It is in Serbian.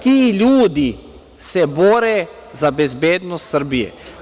Ti ljudi se bore za bezbednost Srbije.